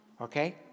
Okay